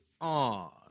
On